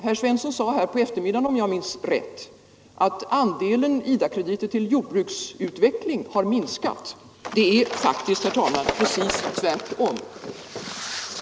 Herr Svensson sade på eftermiddagen om jag minns rätt att andelen IDA-krediter till jordbruksutveckling har minskat. Det är faktiskt, herr talman, precis tvärtom.